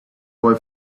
boy